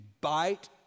bite